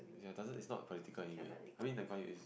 ya doesn't it's not political anyway I mean Lee Kuan Yew is